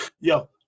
Yo